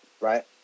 right